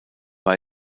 war